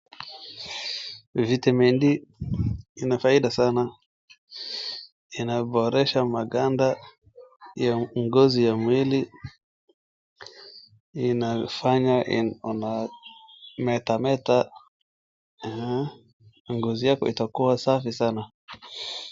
Vitamin D inafaida sana inaboresha maganda ya ngozi ya mwili inafanya una meta meta na ngozi yako itakua safi sana.